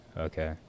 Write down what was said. Okay